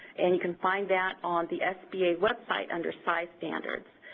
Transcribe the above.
and you can find that on the sba website under size standards.